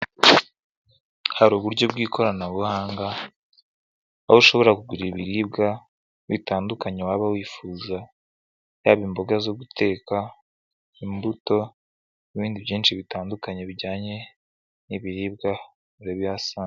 Hari uburyo bw'ikoranabuhanga, aho ushobora kugura ibiribwa bitandukanye waba wifuza, yaba imboga zo guteka, imbuto n'ibindi byinshi bitandukanye bijyanye n'ibiribwa urabihasanga.